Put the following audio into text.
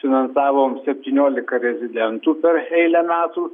finansavom septyniolika rezidentų per eilę metų